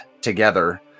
together